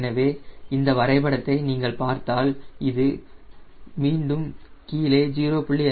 எனவே இந்த வரைபடத்தை நீங்கள் பார்த்தால் இது மீண்டும் கீழே 0